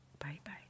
Bye-bye